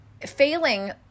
failing